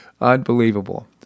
Unbelievable